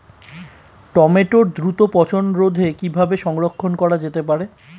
টমেটোর দ্রুত পচনরোধে কিভাবে সংরক্ষণ করা যেতে পারে?